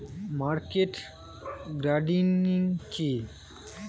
Market gardening কি?